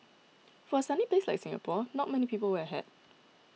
for a sunny place like Singapore not many people wear a hat